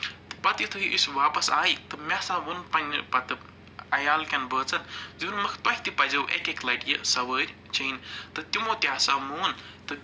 تہٕ پتہٕ یُتھٕے أسۍ واپَس آیہِ تہٕ مےٚ ہسا ووٚن پَنٛنہِ پتہٕ عیال کٮ۪ن بٲژَن ووٚنمَکھ تۄہہِ تہِ پَزیو اَکہِ اَکہِ لَٹہِ یہِ سَوٲرۍ چیٚنۍ تہٕ تِمَو تہِ ہسا مون تہٕ